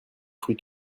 fruits